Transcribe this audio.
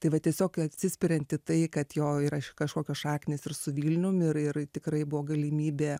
tai va tiesiog atsispiriant į tai kad jo yra kažkokios šaknys ir su vilnium ir ir tikrai buvo galimybė